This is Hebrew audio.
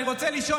אני רוצה לשאול.